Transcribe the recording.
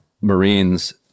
Marines